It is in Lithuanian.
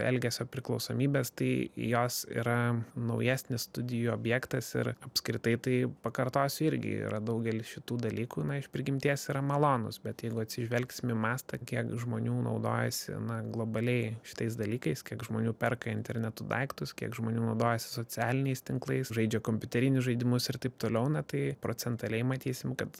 elgesio priklausomybės tai jos yra naujesnis studijų objektas ir apskritai tai pakartosiu irgi yra daugelis šitų dalykų na iš prigimties yra malonūs bet jeigu atsižvelgsim į mastą kiek žmonių naudojasi na globaliai šitais dalykais kiek žmonių perka internetu daiktus kiek žmonių naudojasi socialiniais tinklais žaidžia kompiuterinius žaidimus ir taip toliau na tai procentaliai matysim kad